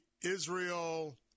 Israel